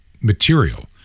material